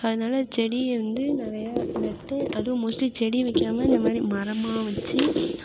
அதனால் செடியை வந்து நிறையா நட்டு அதுவும் மோஸ்ட்லி செடி வைக்காமல் இந்தமாதிரி மரமாக வச்சு